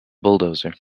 bulldozer